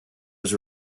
was